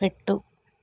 పెట్టు